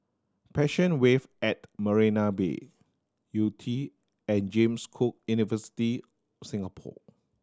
Passion Wave at Marina Bay Yew Tee and James Cook University Singapore